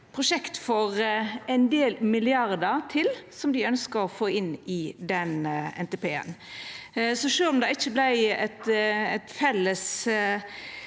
prosjekt for ein del milliardar til, som dei ønskte å få inn i NTP-en. Sjølv om det ikkje vart eit felles